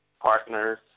partners